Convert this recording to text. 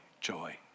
joy